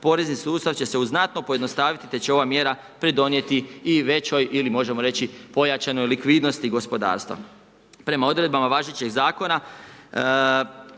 porezni sustav će se u znatno pojednostaviti te će ova mjera pridonijeti i većoj ili možemo reći pojačanoj likvidnosti gospodarstva. Prema odredbama važećeg Zakona,